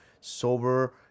sober